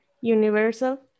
Universal